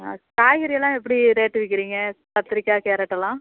ஆ காய்கறியெல்லாம் எப்படி ரேட்டு விற்கறீங்க கத்திரிக்காய் கேரட்டெல்லாம்